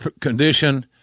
condition